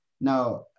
Now